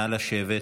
נא לשבת.